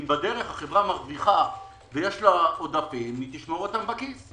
אם בדרך החברה מרוויחה ויש לה עודפים היא תשמור אותם בכיס.